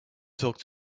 talk